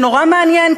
זה נורא מעניין,